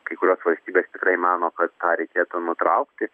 kai kurios valstybės tikrai mano kad tą reikėtų nutraukti